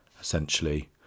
essentially